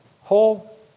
whole